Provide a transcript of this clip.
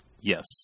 Yes